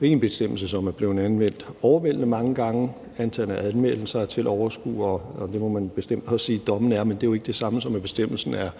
ikke er en bestemmelse, som er blevet anvendt overvældende mange gange – antallet af anmeldelser er til at overskue, og det må man bestemt også sige at dommene er – men det er jo ikke det samme, som at bestemmelsen ikke